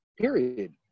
Period